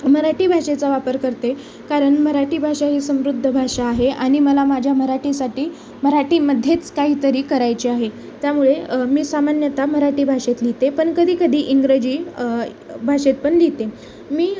मराठी भाषेचा वापर करते कारन मराठी भाषा ही समृद्ध भाषा आहे आणि मला माझ्या मराठीसाठी मराठीमध्येच काहीतरी करायची आहे त्यामुळे मी सामान्यता मराठी भाषेत लिहिते पण कधीकधी इंग्रजी भाषेत पण लिहिते मी